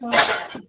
ஆ